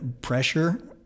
pressure